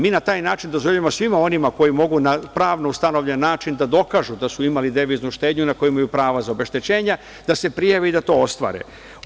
Mi na taj način dozvoljavamo svima onima koji mogu na pravno ustanovljen način da dokažu da su imali deviznu štednju na koju imaju prava za obeštećenja, da se prijave i da to ostvare.